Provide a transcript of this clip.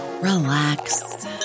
relax